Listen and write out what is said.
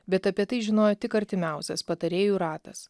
bet apie tai žinojo tik artimiausias patarėjų ratas